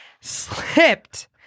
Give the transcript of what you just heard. slipped